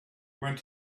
went